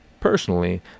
personally